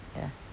ya